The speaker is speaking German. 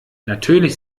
natürlich